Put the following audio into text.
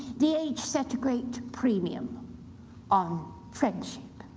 the age set a great premium on friendship,